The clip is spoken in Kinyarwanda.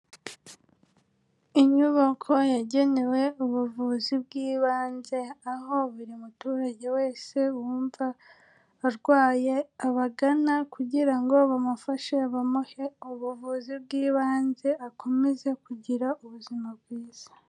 Inyubako yagenewe ubuvuzi bw'ibanze, aho buri muturage wese wumva arwaye abagana, kugira ngo bamufashe bamuhe ubuvuzi bw'ibanze, akomeze kugira ubuzima bwiza.